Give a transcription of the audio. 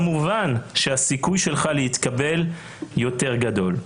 כמובן שהסיכוי שלך להתקבל היה יותר גדול.